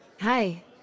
Hi